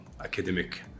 academic